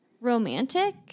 romantic